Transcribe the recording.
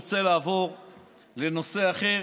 רוצה לעבור לנושא אחר,